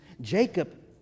Jacob